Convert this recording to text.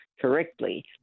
correctly